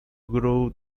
grow